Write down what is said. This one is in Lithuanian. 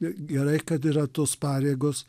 gerai kad yra tos pareigos